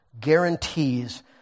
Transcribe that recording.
guarantees